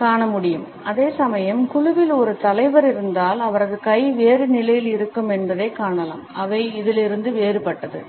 காண முடியும் அதேசமயம் குழுவில் ஒரு தலைவர் இருந்தால் அவரது கை வேறு நிலையில்இருக்கும் என்பதைக் காணலாம் அவை இதிலிருந்து வேறுபட்டது